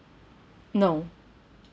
no